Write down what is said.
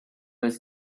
his